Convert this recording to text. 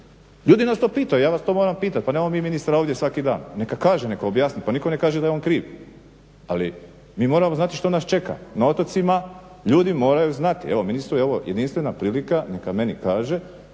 Ljudi non stop pitaju, ja vas to moram pitati pa nemamo mi ministra ovdje svaki dan. Neka kaže, neka objasni, pa nitko ne kaže da je on kriv, ali mi moramo znati što nas čeka. Na otocima ljudi moraju znati. Evo ministru je ovo jedinstvena prilika neka meni kaže